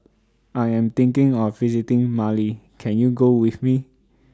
I Am thinking of visiting Mali Can YOU Go with Me